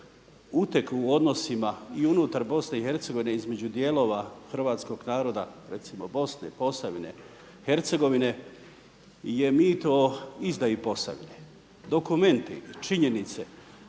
uteg u odnosima i unutar BiH između dijelova Hrvatskog naroda recimo Bosne, Posavine, Hercegovine je mit o izdaji Posavine. Dokumenti, činjenice,